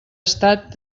estat